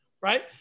right